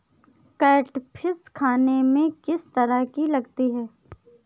Catfish खाने में किस तरह की लगती है?